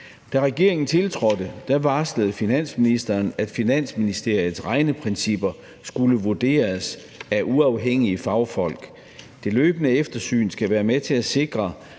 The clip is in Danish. Da regeringen tiltrådte, varslede finansministeren, at Finansministeriets regneprincipper skulle vurderes af uafhængige fagfolk. Det løbende eftersyn skal være med til at sikre,